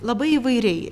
labai įvairiai